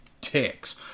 ticks